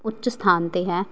ਉੱਚ ਸਥਾਨ 'ਤੇ ਹੈ